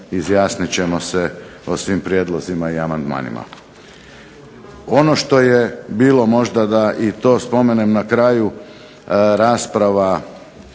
izjasnit ćemo se o svim prijedlozima i amandmanima. Ono što je bilo možda da i to spomenem na kraju, rasprava